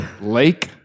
lake